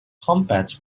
combat